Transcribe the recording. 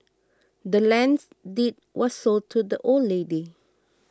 the land's deed was sold to the old lady